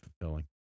fulfilling